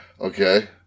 Okay